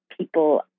people